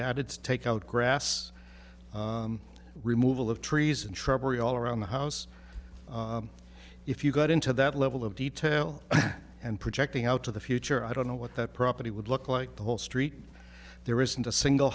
added to take out grass removal of trees and shrubbery all around the house if you got into that level of detail and projecting out to the future i don't know what that property would look like the whole street there isn't a single